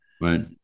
Right